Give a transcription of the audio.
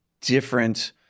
different